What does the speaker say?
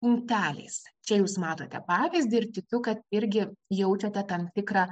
punkteliais čia jūs matote pavyzdį ir tikiu kad irgi jaučiate tam tikrą